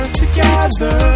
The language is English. together